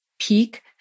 peak